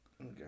Okay